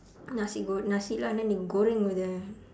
nasi go~ lah then the goreng with the